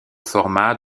format